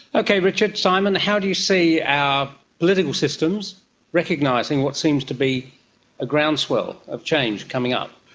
okay richard, simon, how do you see our political systems recognising what seems to be a groundswell of change coming up?